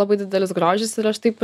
labai didelis grožis ir aš taip